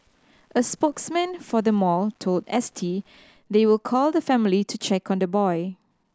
a spokesman for the mall told S T they will call the family to check on the boy